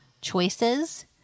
choices